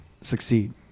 succeed